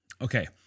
Okay